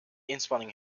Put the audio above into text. inspanning